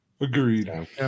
Agreed